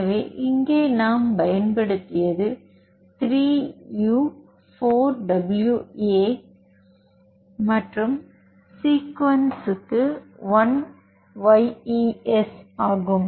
எனவே இங்கே நாம் பயன்படுத்தியது 3 u 4 w a மற்றும் சீக்வென்ஸ்க்கு 1YES ஆகும்